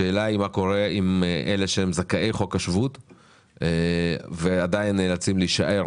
השאלה היא מה קורה עם אלה שהם זכאי חוק השבות ועדיין נאלצים להישאר